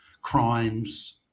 crimes